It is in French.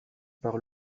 par